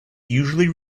usually